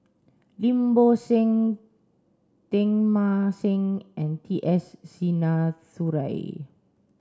Lim Bo Seng Teng Mah Seng and T S Sinnathuray